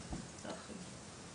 לתהליך.